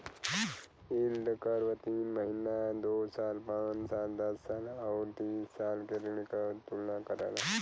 yield curve तीन महीना, दो साल, पांच साल, दस साल आउर तीस साल के ऋण क तुलना करला